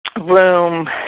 room